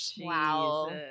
Wow